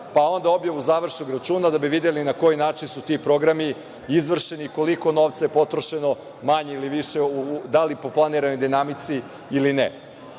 pa onda objavu završnog računa da bi videli na koji način su ti programi izvršeni i koliko novca je potrošeno, manje ili više, da li po planiranoj dinamici ili